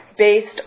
based